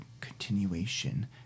continuation